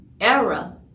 era